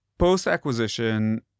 Post-acquisition